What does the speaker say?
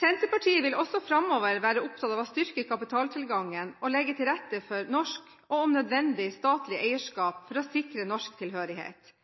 Senterpartiet vil også framover være opptatt av å styrke kapitaltilgangen og legge til rette for norsk og, om nødvendig, statlig eierskap for å sikre norsk tilhørighet.